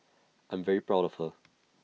I'm very proud of her